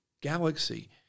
galaxy